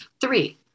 Three